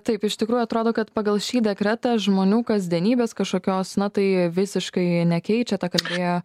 taip iš tikrųjų atrodo kad pagal šį dekretą žmonių kasdienybės kažkokios na tai visiškai nekeičia ta kad jie